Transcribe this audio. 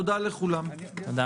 תודה לכולם, הישיבה